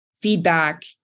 feedback